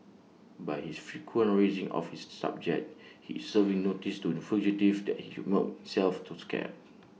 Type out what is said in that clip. by his frequent raising of this subject he is serving notice to the fugitive that he should self to scarce